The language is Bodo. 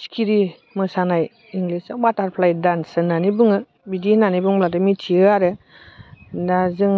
सिखिरि मोसानाय इंग्लिसाव बाटारफ्लाइ डान्स होननानै बुङो बिदि होननानै बुंब्लाथाय मिथियो आरो दा जों